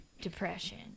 depression